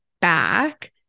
back